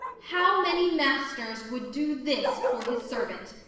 how many masters would do this for his servant?